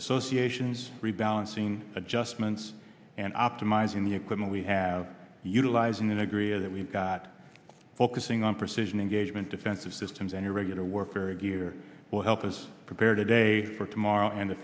associations rebalancing adjustments and optimizing the equipment we have utilizing the negre of that we've got focusing on precision engagement defensive systems any regular work area gear will help us prepare today for tomorrow in the